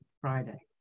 Friday